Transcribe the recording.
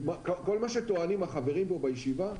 כל מה שטוענים החברים פה בישיבה,